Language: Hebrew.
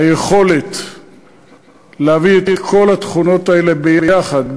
היכולת להביא את כל התכונות האלה יחד,